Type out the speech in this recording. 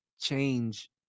change